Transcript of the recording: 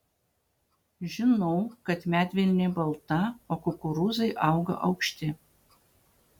žinau kad medvilnė balta o kukurūzai auga aukšti